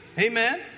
Amen